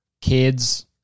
kids